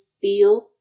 feel